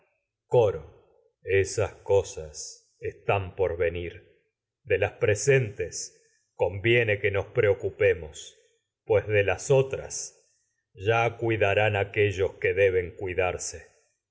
coro esas cosas están venir de las presentes pues conviene cuidarán que nos px eocupemos de las otras ya aquellos que deben cuidarse